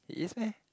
he is meh